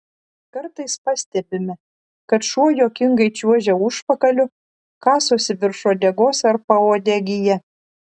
kartais pastebime kad šuo juokingai čiuožia užpakaliu kasosi virš uodegos ar pauodegyje